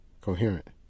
coherent